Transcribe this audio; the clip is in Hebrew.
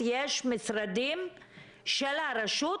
אני מכירה את כל העצבים שלכם כבר חודש,